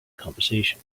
conversation